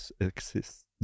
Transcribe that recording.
exist